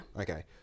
Okay